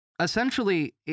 Essentially